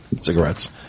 cigarettes